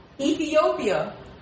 Ethiopia